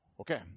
Okay